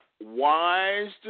wise